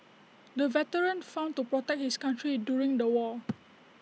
the veteran fought to protect his country during the war